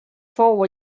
fou